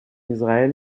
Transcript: israël